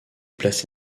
placé